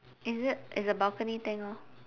is it it's a balcony thing lor